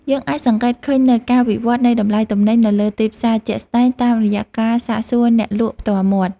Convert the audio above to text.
យើងអាចសង្កេតឃើញនូវការវិវត្តនៃតម្លៃទំនិញនៅលើទីផ្សារជាក់ស្ដែងតាមរយៈការសាកសួរអ្នកលក់ផ្ទាល់មាត់។